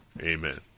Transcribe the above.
Amen